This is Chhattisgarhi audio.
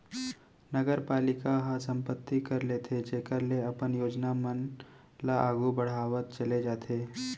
नगरपालिका ह संपत्ति कर लेथे जेखर ले अपन योजना मन ल आघु बड़हावत चले जाथे